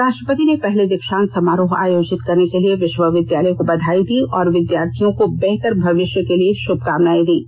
राष्ट्रपति ने पहले दीक्षांत समारोह आयोजित करने के लिए विष्वविद्यालय को बधाई दी और विद्यार्थियों को बेहतर भविष्य के लिए शुभकामनाएं दीं